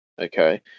okay